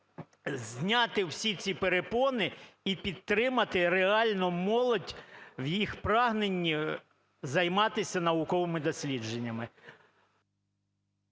зняти всі ці перепони і підтримати реально молодь в їх прагненні займатися науковими дослідженнями.